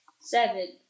Seven